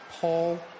Paul